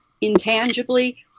intangibly